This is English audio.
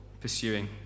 pursuing